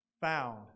found